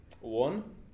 One